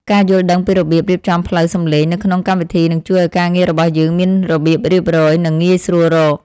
ការយល់ដឹងពីរបៀបរៀបចំផ្លូវសំឡេងនៅក្នុងកម្មវិធីនឹងជួយឱ្យការងាររបស់យើងមានរបៀបរៀបរយ និង ងាយស្រួលរក។